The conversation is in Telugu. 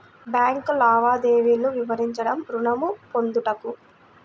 బ్యాంకు లావాదేవీలు వివరించండి ఋణము పొందుటకు?